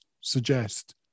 suggest